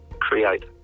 Create